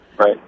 Right